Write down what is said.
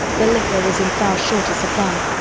the liquor was in far shorter supply.